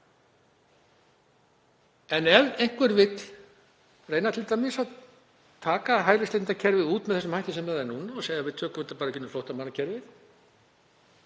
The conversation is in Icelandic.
En ef einhver vill reyna t.d. að taka hælisleitendakerfið út með þeim hætti sem er núna og segja að við tökum þetta bara í gegnum flóttamannakerfið,